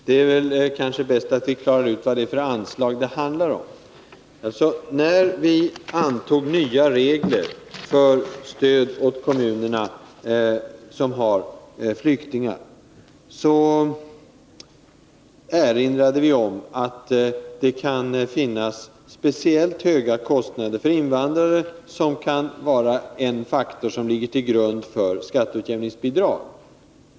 Herr talman! Det är kanske bäst att vi klarar ut vad det är för anslag det här handlar om. När vi antog nya regler för stöd till kommuner som har flyktingar, erinrade vi om att speciellt höga kostnader för invandrare kan vara en faktor som ligger till grund för skatteutjämningsbidrag.